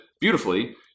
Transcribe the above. beautifully